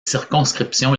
circonscriptions